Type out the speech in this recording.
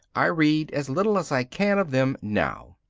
i read as little as i can of them now.